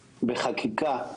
בחקיקה,